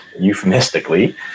euphemistically